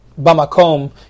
Bamakom